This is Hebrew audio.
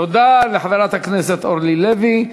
תודה לחברת הכנסת אורלי לוי.